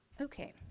Okay